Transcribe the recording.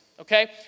okay